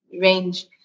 range